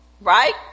right